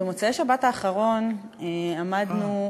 במוצאי-שבת האחרון עמדנו,